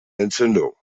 entzündung